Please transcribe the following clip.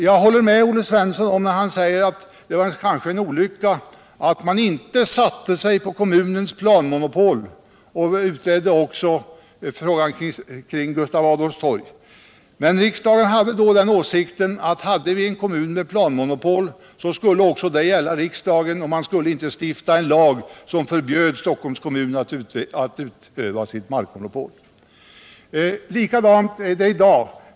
Jag håller med Olle Svensson när han säger att det kanske var en olycka att man inte satte sig på kommunens planmonopol och även utredde markfrågan kring Gustav Adolfs torg, men riksdagen hade då den åsikten att hade vi en kommun med planmonopol skulle detta också gälla riksdagen. Man borde inte stifta en lag som förbjöd Stockholms kommun att utöva sitt mark monopol. Likadant är det i dag.